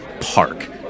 park